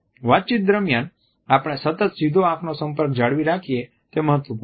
વાતચીત દરમિયાન આપણે સતત સીધો આંખનો સંપર્ક જાળવી રાખીએ તે મહત્વપૂર્ણ છે